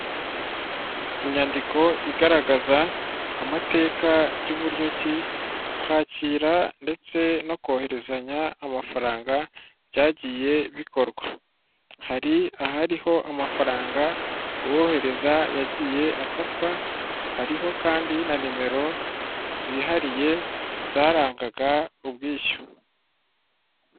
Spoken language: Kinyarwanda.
Inyandiko igaragaza amateka y'uburyo ki kwakira ndetse no kohezanya amafaranga byagiye bikorwa, hari ahariho amafaranga uwohereza yagiye akatwa, hariho kandi na nimero zihariye zarangaga ubwishyu.